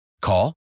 Call